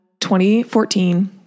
2014